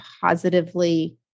positively